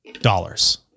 dollars